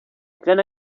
gran